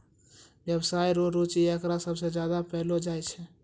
व्यवसाय रो रुचि एकरा सबसे ज्यादा पैलो जाय छै